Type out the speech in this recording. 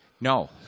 No